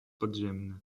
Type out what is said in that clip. podziemny